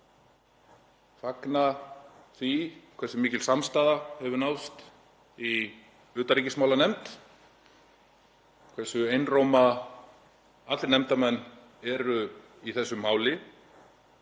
fagna því hversu mikil samstaða hefur náðst í utanríkismálanefnd, hversu einróma allir nefndarmenn eru í þessu máli